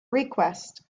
request